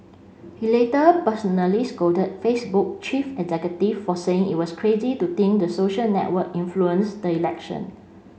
he later personally scolded Facebook chief executive for saying it was crazy to think the social network influenced the election